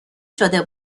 شده